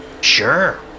Sure